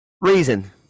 reason